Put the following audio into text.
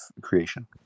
creation